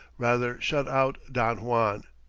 rather shut out don juan.